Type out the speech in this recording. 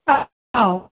औ औ